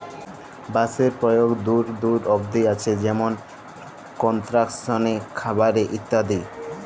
বাঁশের পরয়োগ দূর দূর অব্দি হছে যেমল কলস্ট্রাকশলে, খাবারে ইত্যাদি